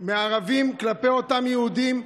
מערבים כלפי אותם יהודים,